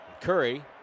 Curry